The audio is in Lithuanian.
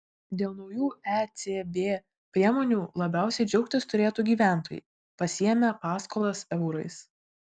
dėl naujų ecb priemonių labiausiai džiaugtis turėtų gyventojai pasiėmę paskolas eurais